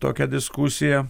tokią diskusiją